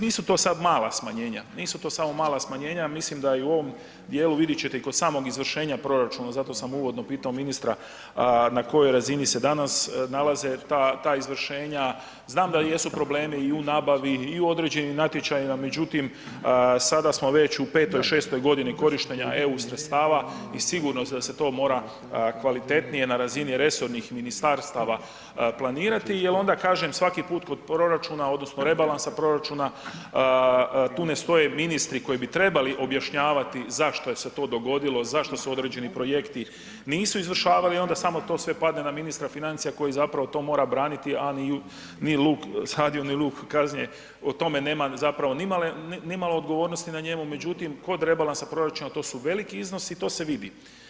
Nisu to sad mala smanjenja, nisu to samo mala smanjenja, mislim da i u ovom dijelu, vidjet ćete i kod samog izvršenja proračuna, zato sam uvodno pitao ministra na kojoj razini se danas nalaze ta izvršenja, znam da jesu problemi i u nabavi i u određenim natječajima, međutim sada smo već u 5, 6 godini korištenja EU sredstava i sigurno da se to mora kvalitetnije na razini resornih ministarstava planirati jel onda kažem svaki put kod proračuna odnosno rebalansa proračuna tu ne stoje ministri koji bi trebali objašnjavati zašto se to dogodilo, zašto se određeni projekti nisu izvršavali i onda samo to sve padne na ministra financija koji zapravo to mora braniti, a ni luk sadio, ni luk …/nerazumljivo/… o tome nema nimalo odgovornosti na njemu, međutim kod rebalansa proračuna to su veliki iznosi i to se vidi.